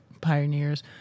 pioneers